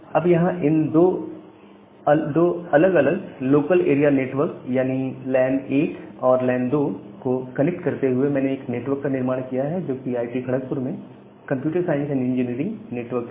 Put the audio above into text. अब यहां इन 2 दो अलग अलग लोकल एरिया नेटवर्क यानी लैन 1 और लैन 2 को कनेक्ट करते हुए मैंने एक नेटवर्क का निर्माण किया है जो कि आईआईटी खड़कपुर में computer science and engineering network है